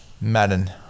madden